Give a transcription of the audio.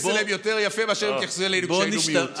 אליהם יותר יפה מאשר הם התייחסו אלינו כשהיינו מיעוט.